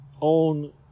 own